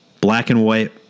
black-and-white